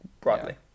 broadly